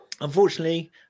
Unfortunately